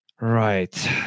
Right